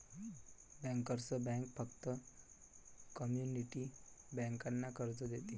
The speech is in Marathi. बँकर्स बँक फक्त कम्युनिटी बँकांना कर्ज देते